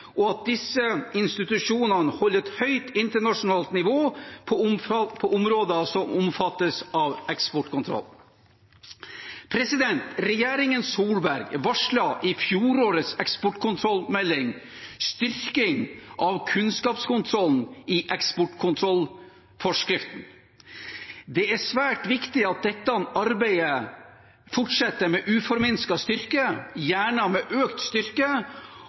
og at disse institusjonene holder et høyt internasjonalt nivå på områder som omfattes av eksportkontroll. Regjeringen Solberg varslet i fjorårets eksportkontrollmelding styrking av kunnskapskontrollen i eksportkontrollforskriften. Det er svært viktig at dette arbeidet fortsetter med uforminsket styrke, gjerne med økt styrke,